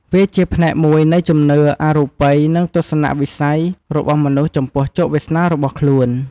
វាជាផ្នែកមួយនៃជំនឿអរូបី និងទស្សនៈវិស័យរបស់មនុស្សចំពោះជោគវាសនារបស់ខ្លួន។